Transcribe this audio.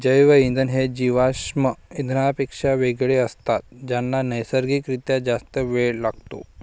जैवइंधन हे जीवाश्म इंधनांपेक्षा वेगळे असतात ज्यांना नैसर्गिक रित्या जास्त वेळ लागतो